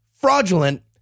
fraudulent